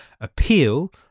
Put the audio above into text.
appeal